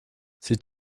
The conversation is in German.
sie